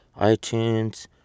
itunes